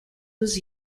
was